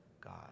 God